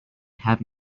have